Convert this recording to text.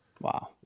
wow